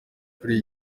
kuri